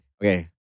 Okay